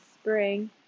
spring